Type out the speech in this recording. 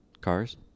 Cars